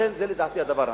ולכן לדעתי זה הדבר הנכון.